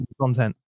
content